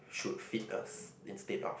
should fit us instead of